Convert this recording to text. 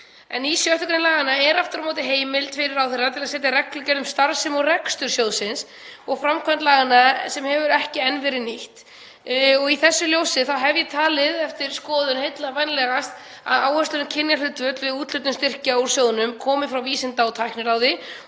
En í 6. gr. laganna er aftur á móti heimild fyrir ráðherra til að setja reglugerð um starfsemi og rekstur sjóðsins og framkvæmd laganna sem hefur ekki enn verið nýtt. Í þessu ljósi og eftir skoðun hef ég talið heillavænlegast að áherslur um kynjahlutföll við úthlutun styrkja úr sjóðnum komi frá Vísinda- og tækniráði